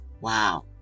Wow